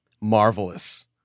marvelous